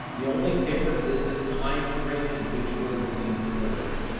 the only difference is the timeframe in which we're looking for it.